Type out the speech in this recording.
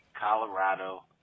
Colorado